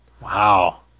Wow